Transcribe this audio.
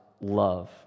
love